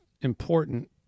important